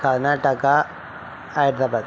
Karnataka Hyderabad